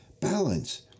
balance